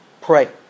Pray